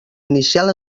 inicial